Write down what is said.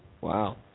Wow